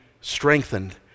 strengthened